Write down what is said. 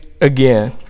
again